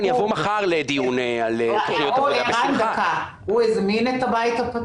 אני אבוא מחר לדיון על תוכניות עבודה,